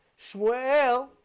Shmuel